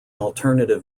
alternative